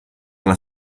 alla